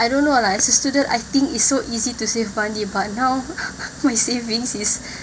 I don't know lah as a student I think it's so easy to save money but now my savings is